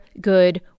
good